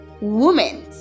Women